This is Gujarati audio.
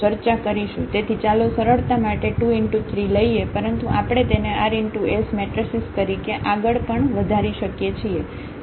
તેથી ચાલો સરળતા માટે 23 લઈએ પરંતુ આપણે તેને r×s મેટ્રેસીસ તરીકે પણ આગળ વધારી શકીએ છીએ